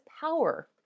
power